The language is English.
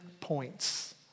points